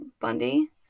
Bundy